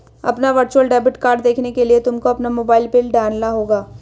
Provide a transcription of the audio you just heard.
अपना virtual debit card देखने के लिए तुमको अपना मोबाइल पिन डालना होगा